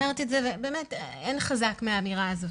באמת, אין חזק מהאמירה הזאת.